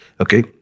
Okay